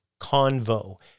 Convo